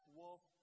wolf